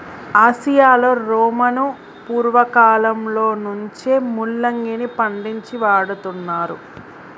ఆసియాలో రోమను పూర్వకాలంలో నుంచే ముల్లంగిని పండించి వాడుతున్నారు